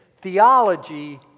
theology